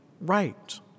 right